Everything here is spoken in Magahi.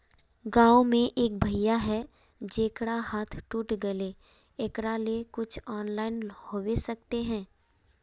गाँव में एक भैया है जेकरा हाथ टूट गले एकरा ले कुछ ऑनलाइन होबे सकते है?